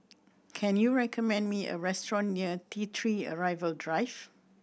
can you recommend me a restaurant near T Three Arrival Drive